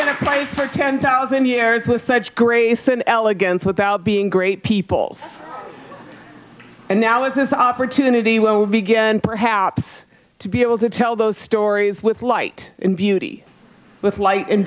place for ten thousand years with such grace and elegance without being great peoples and now is this opportunity when we begin perhaps to be able to tell those stories with light and beauty with light and